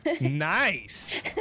Nice